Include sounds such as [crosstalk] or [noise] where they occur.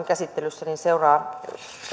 [unintelligible] käsittelyssä seuraa